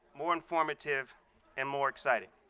more informative and more exciting.